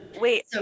Wait